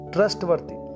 Trustworthy